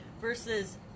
versus